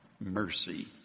mercy